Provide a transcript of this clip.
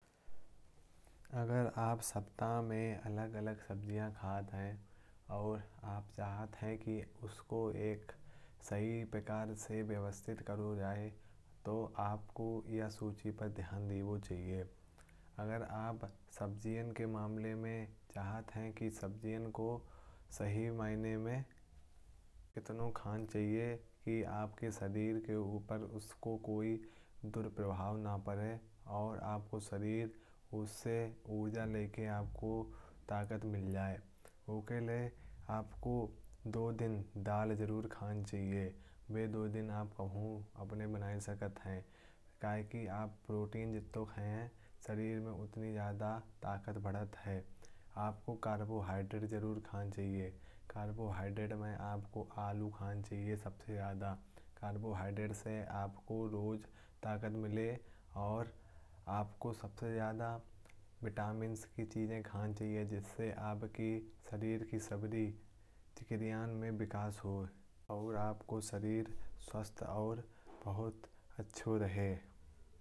अगर आप सप्ताह में अलग अलग सब्ज़ियाँ खाते हैं। और चाहते हैं कि उन्हें एक सही प्रकार से व्यवस्थित किया जाए। तो आपको यह सुझाव ज़रूर अपनाना चाहिए। अगर आप सब्जियों के मामले में चाहते हैं कि सब्जियों को सही मायने में इस तरह खाया जाए। कि उसका आपके शरीर पर कोई दुष्प्रभाव न हो। और आपका शरीर उससे ऊर्जा लेकर ताकत प्राप्त करे। तो यह सुझाव मददगार हो सकते हैं। दो दिन दाल का सेवन सप्ताह में दो दिन दाल ज़रूर खानी चाहिए। दाल प्रोटीन से भरपूर होती है। जो आपके शरीर में ताकत और मज़बूती बढ़ाती है। कार्बोहाइड्रेट का महत्व आपको कार्बोहाइड्रेट ज़रूर खाना चाहिए। इसके लिए आलू एक अच्छा विकल्प है जो आपको रोज़ ऊर्जा प्रदान करता है। विटामिन से भरपूर चीज़ें आपको विटामिन से समृद्ध चीज़ें खानी चाहिए। जो आपके शरीर के विकास और स्वास्थ्य के लिए अत्यंत महत्वपूर्ण हैं। इन सुझावों का पालन करने से आपका शरीर सेहतमंद और ताक़तवर बना रहेगा। और आप अपने पोषण के मामले में सुधार कर सकेंगे।